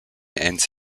ends